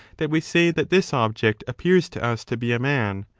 that we say that this object appears to us to be a man,